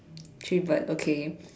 three bird okay